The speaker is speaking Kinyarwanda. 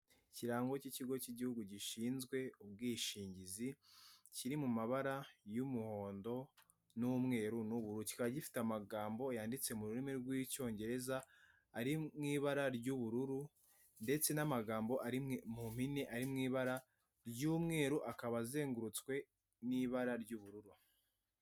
Ikirango cy'ikigo cy'igihugu gishinzwe ubwishingizi, kiri mu mabara y'umuhondo n'umweru w'ubururu, kiba gifite amagambo yanditse mu rurimi rw'icyongereza ari mu ibara ry'ubururu ndetse n'amagambo ari mu mpine ari mu ibara ry'umweru akaba azengurutswe n'ibara ry'ubururu.